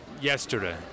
Yesterday